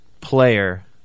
player